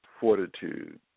fortitude